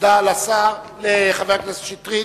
תודה לחבר הכנסת שטרית.